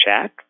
chat